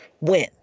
win